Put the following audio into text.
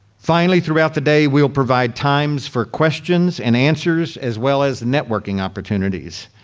finally, throughout the day, we will provide times for questions and answers as well as networking opportunities.